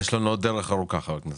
יש לנו עוד דרך ארוכה, חה"כ גפני.